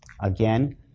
Again